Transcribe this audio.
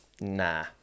Nah